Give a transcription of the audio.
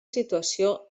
situació